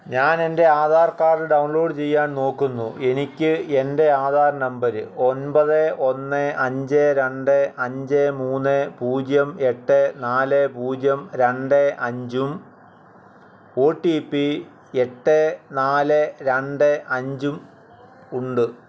ഞാൻ എൻ്റെ Aadhaar card download ചെയ്യാൻ നോക്കുന്നു എനിക്ക് എൻ്റെ ആധാർ നമ്പര് ഒൻപത് ഒന്ന് അഞ്ച് രണ്ട് അഞ്ച് മൂന്ന് പൂജ്യം എട്ട് നാല് പൂജ്യം രണ്ട് അഞ്ചും ഒ ടി പി എട്ട് നാല് രണ്ട് അഞ്ചും ഉണ്ട്